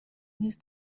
نیز